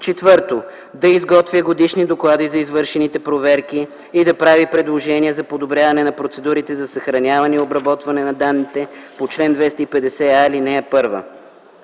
4. да изготвя годишни доклади за извършените проверки и да прави предложения за подобряване на процедурите за съхраняване и обработване на данните по чл. 250а, ал. 1.